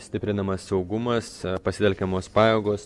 stiprinamas saugumas pasitelkiamos pajėgos